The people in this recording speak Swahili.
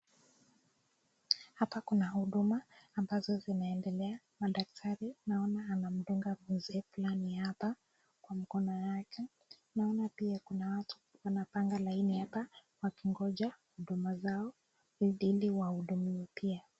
hapa kuna uduma ambazo zinaendelea madakitari naona amemdunga fulani hapa mkono yake nona pia kuna watu wanapanga laini hapa wakingoja huduma zao iliwaudumikie.